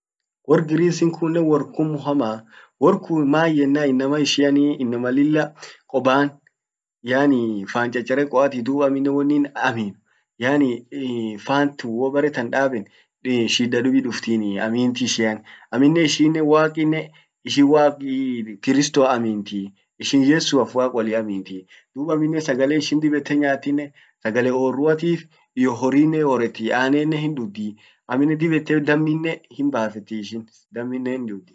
Wor Greece kunnen wor kummo hama. Wor kun mayenan inama ishianen inama lilla koban yaani fan chacharekoati dub amminen wonin amin yaani, fant wobaretan daben shida dibi duftini. Amint ishian, amminen ishinen waqinen ishin waq, kristoa aminti ishin yesuaf waq wollin aminti. dub amminen sagale ishin dib lilla nyaat sagale orruati, iyyo horrinen hiorreti, anennen hindhudii, amminen dib ete damminen himbafeti damminen hindhudii.